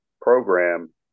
program